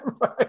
right